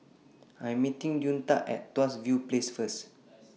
I Am meeting Deonta At Tuas View Place First